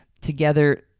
together